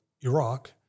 Iraq